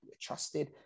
trusted